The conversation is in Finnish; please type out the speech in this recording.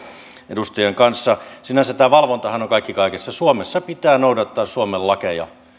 edustajien kanssa sinänsä tämä valvontahan on kaikki kaikessa suomessa pitää noudattaa suomen lakeja